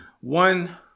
One